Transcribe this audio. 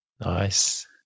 Nice